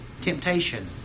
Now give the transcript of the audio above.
temptation